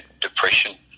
depression